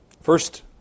First